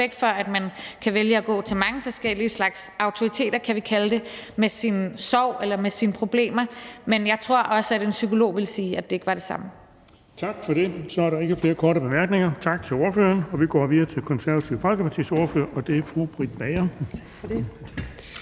for, at man kan vælge at gå til mange forskellige slags autoriteter, kan vi kalde det, med sin sorg eller med sine problemer, men jeg tror også, at en psykolog ville sige, at det ikke var det samme. Kl. 10:17 Den fg. formand (Erling Bonnesen): Tak for det. Der er ikke flere korte bemærkninger. Tak til ordføreren. Og vi går videre til Det Konservative Folkepartis ordfører, og det er fru Britt Bager. Kl.